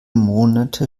monate